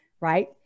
right